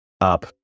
up